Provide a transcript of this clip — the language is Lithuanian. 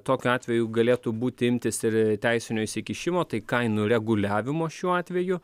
tokiu atveju galėtų būti imtis ir teisinio įsikišimo tai kainų reguliavimo šiuo atveju